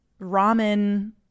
ramen